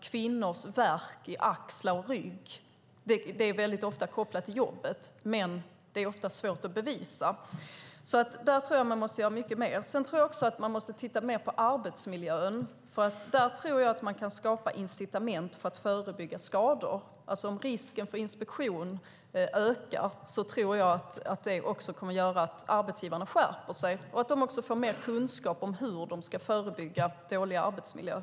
Kvinnors värk i axlar och rygg är ofta kopplat till jobbet men i regel svårt att bevisa. Där behöver mer göras. Man måste också titta mer på arbetsmiljön. Det går att skapa incitament för att förebygga skador. Om risken för inspektion ökar tror jag att arbetsgivarna kommer att skärpa sig och också skaffa sig mer kunskap om hur de ska förebygga dåliga arbetsmiljöer.